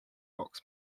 box